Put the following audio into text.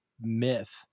myth